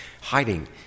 hiding